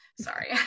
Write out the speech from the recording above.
sorry